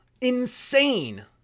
Insane